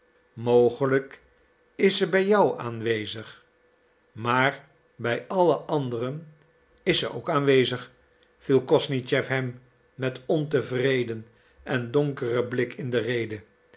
mogelijk is ze bij jou aanwezig maar bij alle anderen is ze ook aanwezig viel kosnischew hem met ontevreden en donkeren blik in de rede